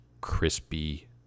crispy